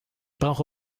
brauche